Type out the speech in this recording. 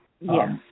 yes